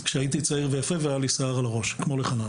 לשרת בצבא לפני הספורט.